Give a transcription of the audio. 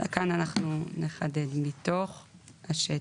כאן אנחנו נחדד מתוך השטח.